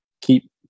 keep